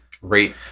Great